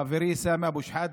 חברי סמי אבו שחאדה,